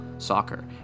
soccer